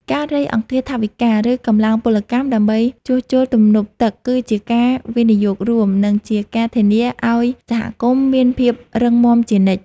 ការរៃអង្គាសថវិកា ឬកម្លាំងពលកម្មដើម្បីជួសជុលទំនប់ទឹកគឺជាការវិនិយោគរួម និងជាការធានាឱ្យសហគមន៍មានភាពរឹងមាំជានិច្ច។